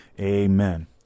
Amen